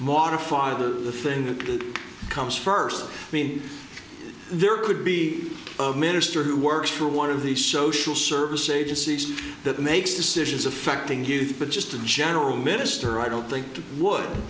modify the thing that comes first i mean there could be a minister who works for one of these social service agencies that makes decisions affecting you but just in general minister i don't think to would